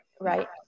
Right